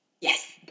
Yes